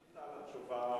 ענית תשובה,